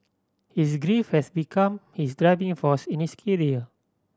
his grief had become his driving force in his career